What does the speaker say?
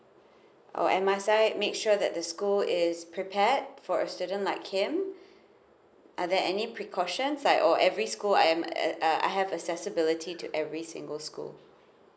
oh at my side make sure that the school is prepared for a student like him are there any precautions like or every school I am at uh I have accessibility to every single school